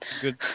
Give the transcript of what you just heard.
Good